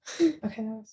Okay